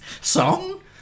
song